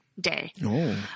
day